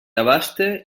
abaste